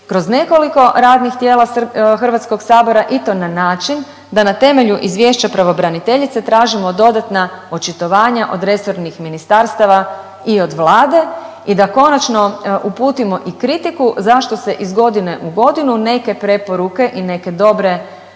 kroz nekoliko radnih tijela HS-a i to na način da na temelju izvješća pravobraniteljice tražimo dodatna očitovanja od resornih ministarstava i od Vlade i da konačno uputimo i kritiku zašto se iz godine u godinu neke preporuke i neke dobre mjere